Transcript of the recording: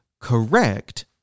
correct